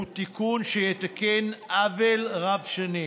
הוא תיקון שיתקן עוול רב-שנים.